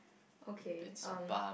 okay um